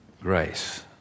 grace